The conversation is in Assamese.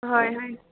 হয় হয়